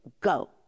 go